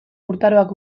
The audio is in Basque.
urtaroak